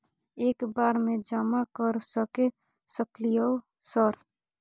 एक बार में जमा कर सके सकलियै सर?